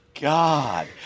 God